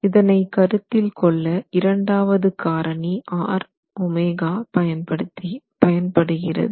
இதனை கருத்தில் கொள்ள இரண்டாவது காரணி RΩ பயன்படுகிறது